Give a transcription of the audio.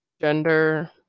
Gender